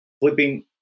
flipping